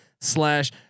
slash